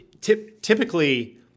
typically